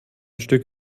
stück